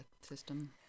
system